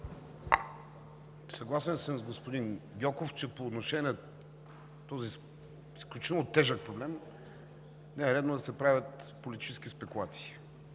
Съгласен съм с господин Гьоков, че по отношение на този изключително тежък проблем не е редно да се правят политически спекулации.